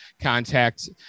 contact